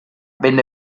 venne